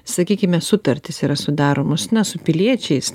sakykime sutartys yra sudaromos na su piliečiais